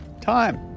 time